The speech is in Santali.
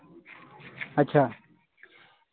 ᱟᱪᱪᱷᱟ